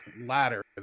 ladder